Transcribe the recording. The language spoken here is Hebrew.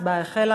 ההצבעה החלה.